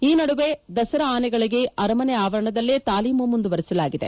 ಈ ನಡುವೆ ದಸರಾ ಆನೆಗಳಿಗೆ ಅರಮನೆ ಆವರಣದಲ್ಲೇ ತಾಲೀಮು ಮುಂದುವರೆಸಲಾಗಿದೆ